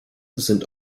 sind